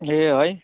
ए है